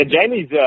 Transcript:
Jamie's